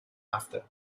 after